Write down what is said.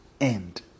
end